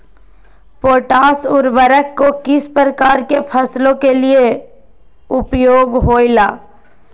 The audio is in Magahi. पोटास उर्वरक को किस प्रकार के फसलों के लिए उपयोग होईला?